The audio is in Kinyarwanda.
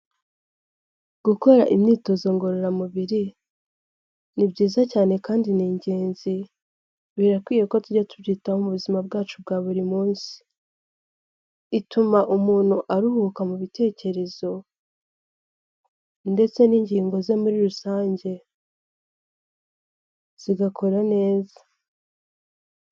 Gukora imyitozo ngororamubiri ni byiza cyane kandi ni ingenzi, birakwiye ko tujya tubyitaho mu buzima bwacu bwa buri munsi, ituma aruhuka mu bitekerezo, ndetse n'ingingo muri rusange zigakora neza.